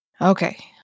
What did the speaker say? Okay